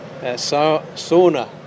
sauna